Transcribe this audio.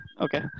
Okay